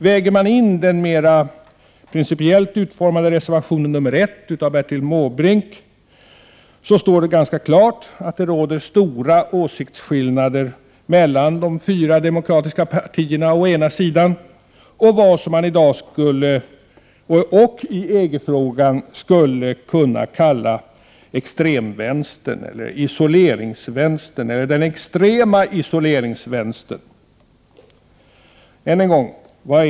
Väger man in den mera principiellt utformade reservationen nr 1 av Bertil Måbrink, så står det ganska klart att det råder stora åsiktsskillnader mellan de fyra demokratiska partierna å ena sidan och vad man i dag och i EG-frågan skulle kunna kalla extremvänstern, isoleringsvänstern, eller kanske den extrema isoleringsvänstern å andra sidan.